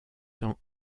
tant